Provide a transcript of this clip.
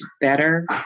better